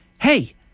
Hey